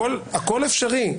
הכול אפשרי,